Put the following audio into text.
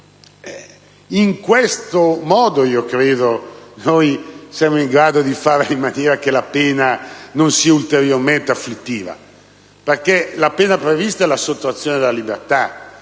In questo modo, credo che saremo in grado di fare in maniera che la pena non sia ulteriormente afflittiva. La pena prevista è la sottrazione della libertà: